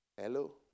Hello